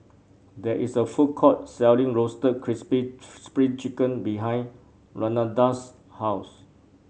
there is a food court selling Roasted Crispy Spring Chicken behind Renada's house